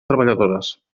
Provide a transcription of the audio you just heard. treballadores